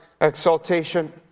exaltation